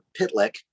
Pitlick